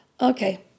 okay